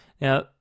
Now